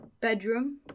bedroom